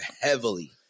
heavily